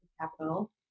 capital